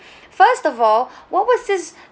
first of all what was this